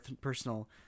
personal